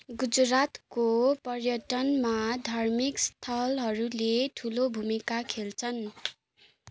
गुजरातको पर्यटनमा धार्मिक स्थलहरूले ठुलो भूमिका खेल्छन्